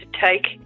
take